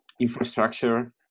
infrastructure